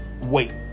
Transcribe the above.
wait